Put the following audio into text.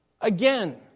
Again